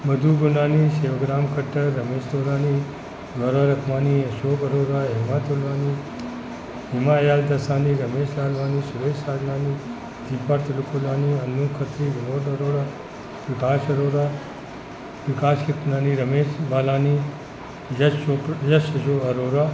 मधु गुरनानी शेवकराम खट्टर रमेश तोरानी गौरव लखवानी अशोक अरोड़ा हेमा चंदवानी हेमा रायदसानी रमेश लालवानी सुरेश दादलानी दीपा त्रिकुलानी अनु खत्री विनोद अरोड़ा प्रकाश अरोड़ा प्रकाश कृप्लानी रमेश बालानी यश चोप यश जो यश अरोड़ा